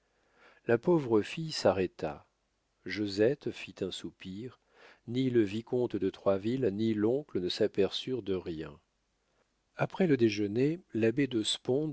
la pauvre fille s'arrêta josette fit un soupir ni le vicomte de troisville ni l'oncle ne s'aperçurent de rien après le déjeuner l'abbé de